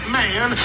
man